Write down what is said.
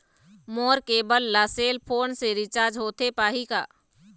मोर cable ला cell phone से recharge होथे पाही का?